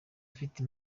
ufite